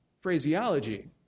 phraseology